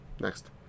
Next